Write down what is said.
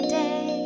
day